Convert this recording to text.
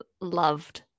loved